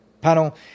panel